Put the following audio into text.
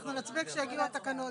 אנחנו נצביע כשיגיעו התקנות.